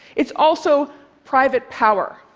it's also private power.